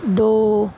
ਦੋ